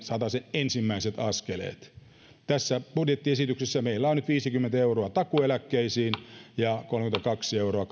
ensimmäiset askeleet tässä budjettiesityksessä meillä on nyt viisikymmentä euroa takuueläkkeisiin ja kolmekymmentäkaksi euroa